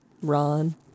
Ron